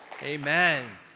Amen